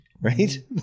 Right